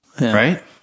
Right